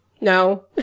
no